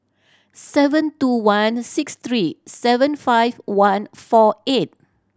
seven two one six three seven five one four eight